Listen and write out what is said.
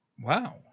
wow